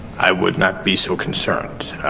i would not be so concerned.